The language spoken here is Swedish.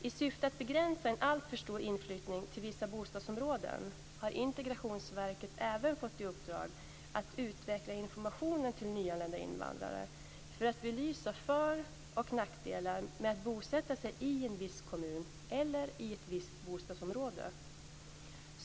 I syfte att begränsa en alltför stor inflyttning till vissa bostadsområden har Integrationsverket även fått i uppdrag att utveckla informationen till nyanlända invandrare för att belysa för och nackdelar med att bosätta sig i en viss kommun eller i ett visst bostadsområde.